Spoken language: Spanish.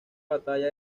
batalla